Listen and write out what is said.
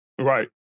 Right